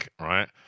right